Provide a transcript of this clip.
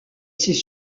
ses